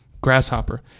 grasshopper